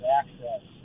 access